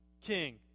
king